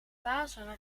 pasen